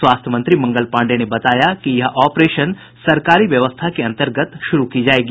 स्वास्थ्य मंत्री मंगल पांडेय ने बताया कि यह ऑपरेशन सरकारी व्यवस्था के अंतर्गत शुरू की जायेगी